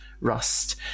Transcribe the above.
rust